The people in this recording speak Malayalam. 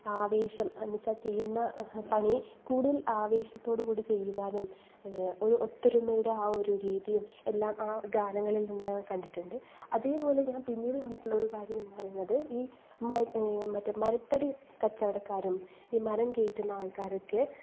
ആവേശം അന്നെച്ചാ ചെയ്യുന്ന പണി കൂടുതൽ ആവേശത്തോടു കൂടി ചെയ്യുവാനും ഒരു ഒത്തൊരുമയുടെ ആ ഒരു രീതിയും എല്ലാം ആ ഗാനങ്ങളിൽ നിന്നും ഞാൻ കണ്ടിട്ടുണ്ട് അതേപോലെ ഞാൻ പിന്നീട് കണ്ടിട്ടുള്ളൊരു കാര്യമെന്ന് പറയുന്നത് ഈ മറ്റെ മരത്തടി കച്ചവടക്കാരും ഈ മരം കയറ്റുന്ന ആൾക്കാരുമൊക്കെ